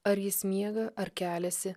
ar jis miega ar keliasi